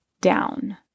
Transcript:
down